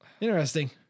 Interesting